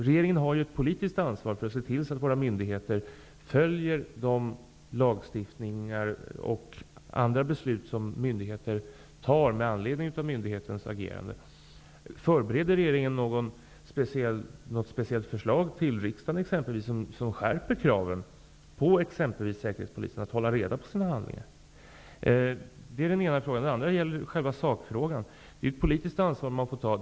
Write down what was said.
Regeringen har ju ett politiskt ansvar för att se till så att våra myndigheter följer de lagstiftningar och andra beslut som myndigheter fattar med anledning av myndighetens agerande. Förbereder regeringen något speciellt förslag till riksdagen som skärper kraven på t.ex. Säkerhetspolisen att hålla reda på sina handlingar? Det är den ena frågan. Den andra frågan gäller själva sakfrågan. Det är ju ett politiskt ansvar man får ta.